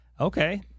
Okay